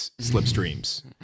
slipstreams